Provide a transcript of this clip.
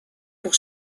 pour